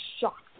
shocked